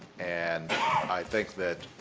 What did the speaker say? and i think that